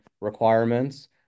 requirements